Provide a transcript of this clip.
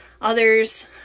others